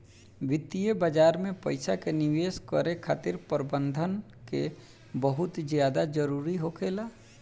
वित्तीय बाजार में पइसा के निवेश करे खातिर प्रबंधन के बहुत ज्यादा जरूरी होखेला